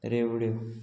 रेवड्यो